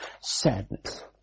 Sadness